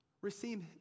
Receive